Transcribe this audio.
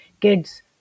kids